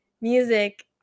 music